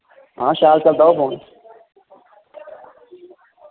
हां शैल चलदा ओह् फोन